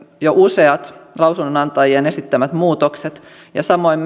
jo useat lausunnonantajien esittämät muutokset ja samoin